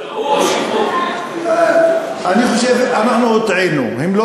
הם טעו או שיקרו?